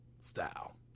style